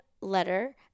letter